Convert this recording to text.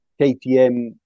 KTM